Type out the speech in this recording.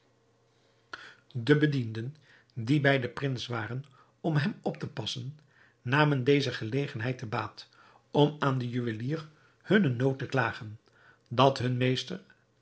de bedienden die bij den prins waren om hem op te passen namen deze gelegenheid te baat om aan den juwelier hunnen nood te klagen dat hun meester